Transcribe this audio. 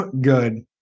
good